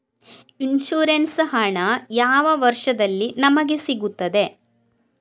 Insurance ಹಣ ಯಾವ ವರ್ಷದಲ್ಲಿ ನಮಗೆ ಸಿಗುತ್ತದೆ?